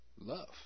Love